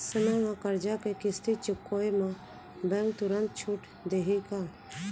समय म करजा के किस्ती चुकोय म बैंक तुरंत छूट देहि का?